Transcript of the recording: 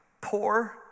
poor